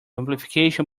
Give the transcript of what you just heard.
amplification